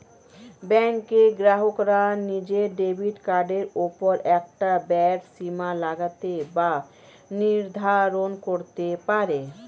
ব্যাঙ্কের গ্রাহকরা নিজের ডেবিট কার্ডের ওপর একটা ব্যয়ের সীমা লাগাতে বা নির্ধারণ করতে পারে